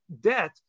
debt